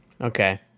okay